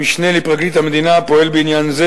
המשנה לפרקליט המדינה פועל בעניין זה